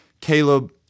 Caleb